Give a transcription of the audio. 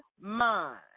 mind